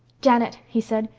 janet, he said,